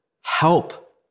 help